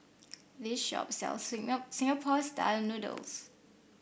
this shop sells Singapore style noodles